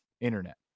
internet